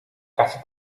casi